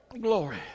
Glory